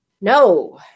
No